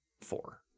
four